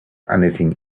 anything